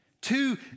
Two